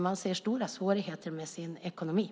Man ser stora svårigheter när det gäller ekonomin.